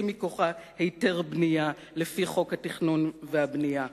מכוחה היתר בנייה לפי חוק התכנון והבנייה"